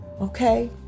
okay